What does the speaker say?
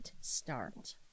start